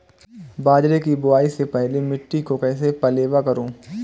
बाजरे की बुआई से पहले मिट्टी को कैसे पलेवा करूं?